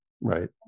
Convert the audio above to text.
Right